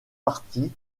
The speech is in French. partie